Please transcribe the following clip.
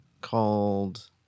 called